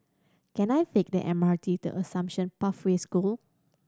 can I take the M R T to Assumption Pathway School